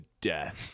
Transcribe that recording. death